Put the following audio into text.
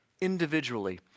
individually